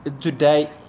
today